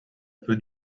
peu